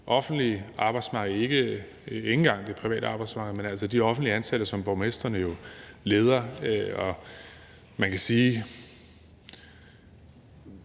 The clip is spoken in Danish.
offentlige arbejdsmarked – ikke engang det private arbejdsmarked, men altså de offentligt ansatte, som borgmestrene jo leder. Og hvad får